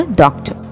doctor